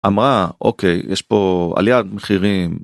אמרה אוקיי יש פה עליית מחירים.